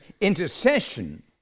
intercession